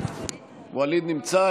ווליד נמצא?